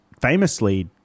famously